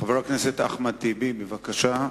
חבר הכנסת אחמד טיבי, בבקשה.